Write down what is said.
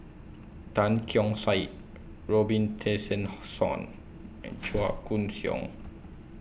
Tan Keong Saik Robin and Chua Koon Siong